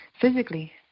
Physically